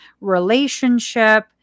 relationship